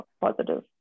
positive